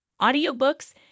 audiobooks